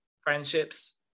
friendships